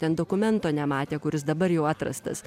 ten dokumento nematė kuris dabar jau atrastas